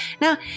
Now